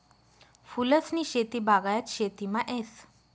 फूलसनी शेती बागायत शेतीमा येस